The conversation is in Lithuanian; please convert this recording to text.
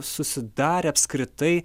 susidarė apskritai